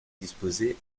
disposées